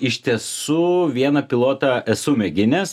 iš tiesų vieną pilotą esu mėginęs